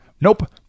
Nope